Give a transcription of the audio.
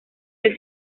del